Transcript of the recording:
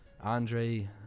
andre